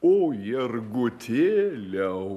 o jergutėliau